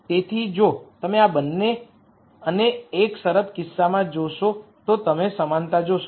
તેથી જો તમે આ અને એક શરત કિસ્સામાં જોશો તો તમે સમાનતા જોશો